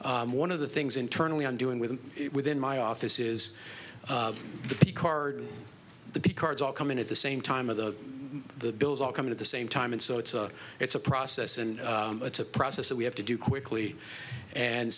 one of the things internally i'm doing with within my office is the card the cards all come in at the same time of the the bills all come in at the same time and so it's a it's a process and it's a process that we have to do quickly and